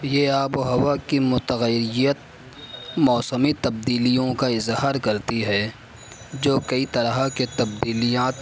یہ آب و ہوا کی متغیریت موسمی تبدیلیوں کا اظہار کرتی ہے جو کئی طرح کے تبدیلیات